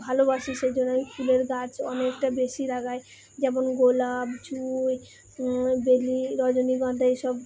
ভালোবাসি সেই জন্য আমি ফুলের গাছ অনেকটা বেশি লাগাই যেমন গোলাপ জুঁই বেলী রজনীগন্ধা এইসব